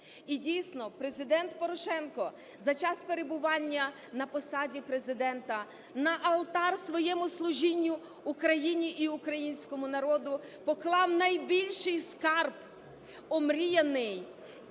І дійсно, Президент Порошенко за час перебування на посаді Президента на олтар своєму служінню Україні і українському народу поклав найбільший скарб омріяний,